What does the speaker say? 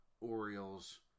Orioles